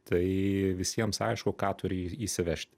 tai visiems aišku ką turi ir įsivežti